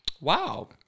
Wow